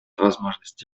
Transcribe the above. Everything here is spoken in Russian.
возможности